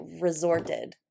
resorted